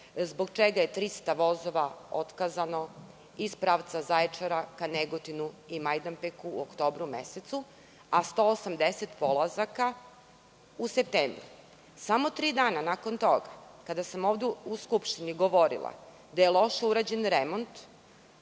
zbog čega je 300 vozova otkazano iz pravca Zaječara ka Negotinu i Majdanpeku u oktobru mesecu, a 180 polazaka u septembru. Samo tri dana nakon toga, kada sam ovde u Skupštini govorila da je loš urađen remont